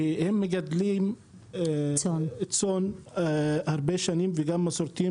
שהם מגדלים צאן הרבה שנים וגם מסורתיים,